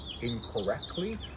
incorrectly